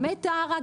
טרה,